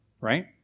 right